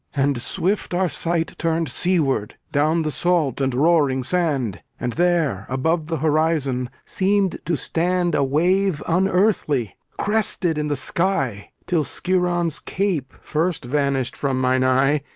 and swift our sight turned seaward, down the salt and roaring sand. and there, above the horizon, seemed to stand a wave unearthly, crested in the sky till skiron's cape first vanished from mine eye,